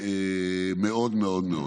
מאוד מאוד.